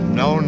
no